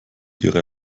ihre